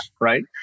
right